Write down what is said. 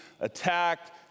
attacked